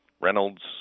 Reynolds